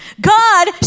God